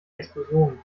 explosionen